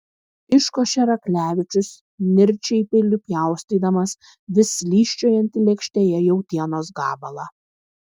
iškošė raklevičius nirčiai peiliu pjaustydamas vis slysčiojantį lėkštėje jautienos gabalą